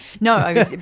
No